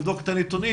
לבדוק את הנתונים.